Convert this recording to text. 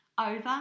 over